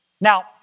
Now